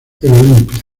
olimpia